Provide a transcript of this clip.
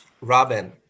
Robin